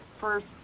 First